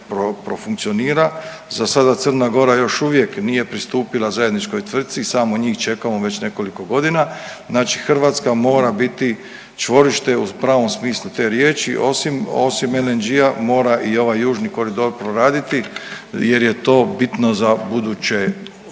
za sada Crna Gora još uvijek nije pristupila zajedničkoj tvrtci i samo njih čekamo već nekoliko godina, znači Hrvatska mora biti čvorište u pravom smislu te riječi osim, osim LNG-a mora i ovaj južni koridor proraditi jer je to bitno za buduće